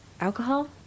alcohol